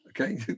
okay